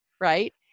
right